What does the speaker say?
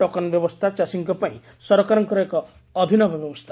token ବ୍ୟବସ୍ରା ଚାଷୀଙ୍କ ପାଇଁ ସରକାରଙ୍କ ଏକ ଅଭିନବ ବ୍ୟବସ୍ତା